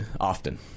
often